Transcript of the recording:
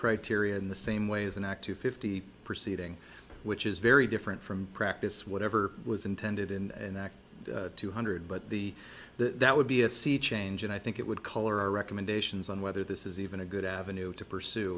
criteria in the same way as an act to fifty proceeding which is very different from practice whatever was intended and that two hundred but the that that would be a sea change and i think it would color our recommendations on whether this is even a good avenue to pursue